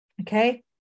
Okay